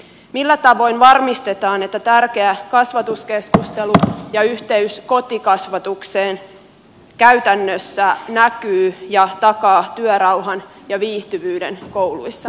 millä tavoin varmistetaan että tärkeä kasvatuskeskustelu ja yhteys kotikasvatukseen käytännössä näkyy ja takaa työrauhan ja viihtyvyyden kouluissa